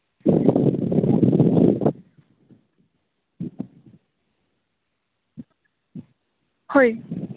ᱦᱳᱭ